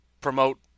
promote